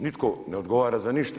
Nitko ne odgovara za ništa.